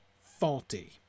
faulty